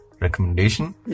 recommendation